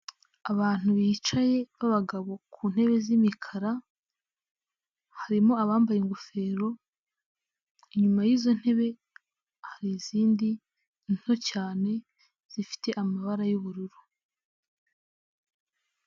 Abantu bicaye b'abagabo ku ntebe z'imikara harimo abambaye ingofero, inyuma y'izo ntebe har'izindi nto cyane zifite amabara y'ubururu.